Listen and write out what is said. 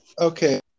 okay